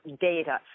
data